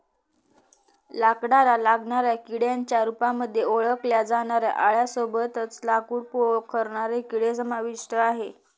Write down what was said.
लाकडाला लागणाऱ्या किड्यांच्या रूपामध्ये ओळखल्या जाणाऱ्या आळ्यां सोबतच लाकूड पोखरणारे किडे समाविष्ट आहे